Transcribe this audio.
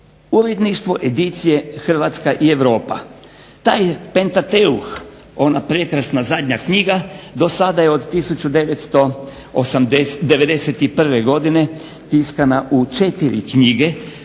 Uredništvo edicije Hrvatska i Europa. Taj pentateuh, ona prekrasna zadnja knjiga do sada je od 1991. godine tiskana u 4 knjige: